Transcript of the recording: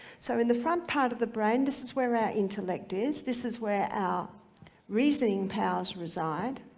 so in the front part of the brain this is where our intellect is. this is where our reasoning powers reside,